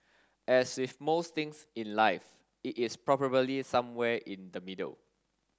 as with most things in life it is probably somewhere in the middle